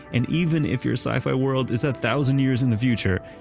and even if your sci-fi world is a thousand years in the future,